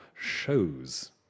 shows